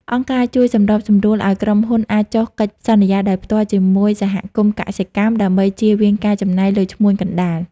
អង្គការជួយសម្របសម្រួលឱ្យក្រុមហ៊ុនអាចចុះកិច្ចសន្យាដោយផ្ទាល់ជាមួយសហគមន៍កសិកម្ម ដើម្បីជៀសវាងការចំណាយលើឈ្មួញកណ្ដាល។